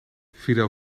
fidel